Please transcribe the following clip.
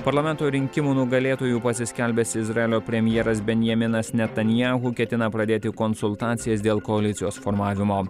parlamento rinkimų nugalėtojų pasiskelbęs izraelio premjeras benjaminas netanyahu ketina pradėti konsultacijas dėl koalicijos formavimo